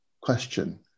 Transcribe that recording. question